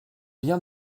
bien